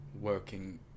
working